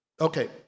Okay